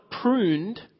pruned